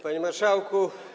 Panie Marszałku!